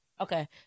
Okay